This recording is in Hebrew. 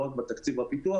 לא רק בתקציב הפיתוח.